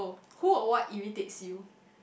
who or what irritates you